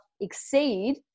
exceed